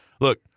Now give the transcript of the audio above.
look